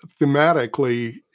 thematically